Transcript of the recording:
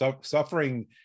suffering